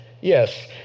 yes